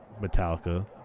Metallica